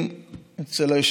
על כל החוק בעד,